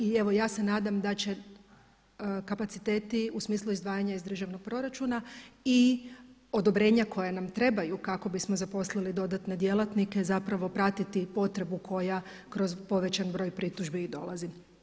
I evo ja se nadam da će kapaciteti u smislu izdvajanja iz državnog proračuna i odobrenja koja nam trebaju kako bismo zaposlili dodatne djelatnike pratiti potrebu koja kroz povećan broj pritužbi i dolazi.